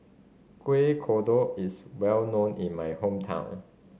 Kuih Kodok is well known in my hometown